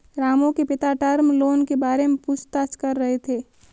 रामू के पिता term loan के बारे में पूछताछ कर रहे थे